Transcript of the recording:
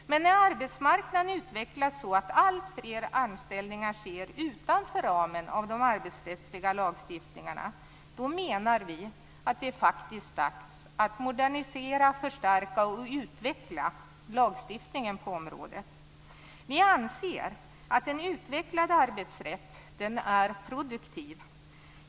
Men när arbetsmarknaden utvecklas så att alltfler anställningar sker utanför ramen för de arbetsrättsliga lagstiftningarna menar vi att det faktiskt är dags att modernisera, förstärka och utveckla lagstiftningen på området. Vi anser att en utvecklad arbetsrätt är produktiv.